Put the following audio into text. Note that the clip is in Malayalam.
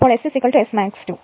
ഇപ്പോൾ S Smax 2